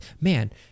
man